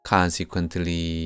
Consequently